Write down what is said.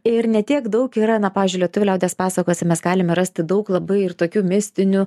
ir ne tiek daug yra na pavyžiui lietuvių liaudies pasakose mes galime rasti daug labai ir tokių mistinių